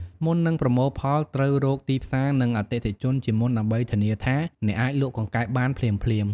មុននឹងប្រមូលផល ត្រូវរកទីផ្សារ និង អតិថិជន ជាមុនដើម្បីធានាថាអ្នកអាចលក់កង្កែបបានភ្លាមៗ។